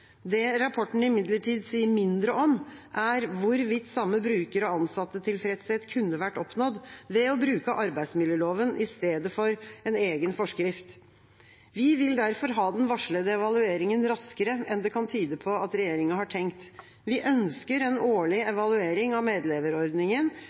Det rapportene imidlertid sier mindre om, er hvorvidt samme bruker- og ansattetilfredshet kunne vært oppnådd ved å bruke arbeidsmiljøloven i stedet for en egen forskrift. Vi vil derfor ha den varslede evalueringen raskere enn det kan tyde på at regjeringa har tenkt. Vi ønsker en årlig